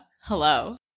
Hello